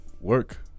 work